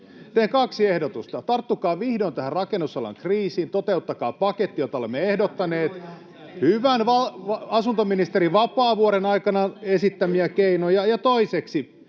Teen kaksi ehdotusta: Tarttukaa vihdoin tähän rakennusalan kriisiin, toteuttakaa paketti, jota olemme ehdottaneet, hyvän asuntoministerin Vapaavuoren aikanaan esittämiä keinoja. Ja toiseksi,